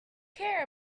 care